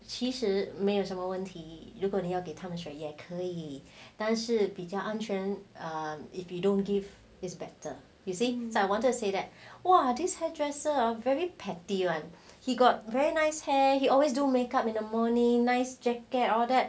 其实没有什么问题如果你要给他们水也可以但是比较安全 err if you don't give is better you say so I wanted to say that !wah! this hairdresser are very petty [one] he got very nice hair he always do make up in the morning nice jacket all that